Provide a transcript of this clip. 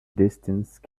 distance